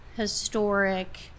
historic